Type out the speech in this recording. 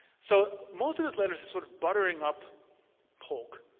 so most of this letter is is sort of buttering up polk,